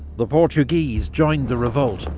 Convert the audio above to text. the portuguese joined the revolt,